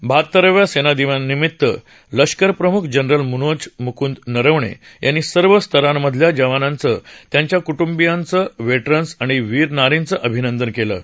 बहात्तराव्या सेनादिनानिमित्त लष्कर प्रमुख जनरल मनोज मुकूंद नरवणे यांनी सर्व स्तरांमधल्या जवानांचं त्यांच्या कुटुंबियांचं निवृत्त जवानांचं तसंच वीर नारींचं अभिनंदन केलं आहे